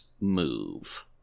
move